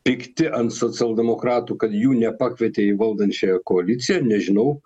pikti ant socialdemokratų kad jų nepakvietė į valdančiąją koaliciją nežinau